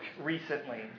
recently